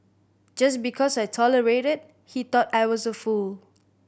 just because I tolerated he thought I was a fool